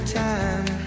time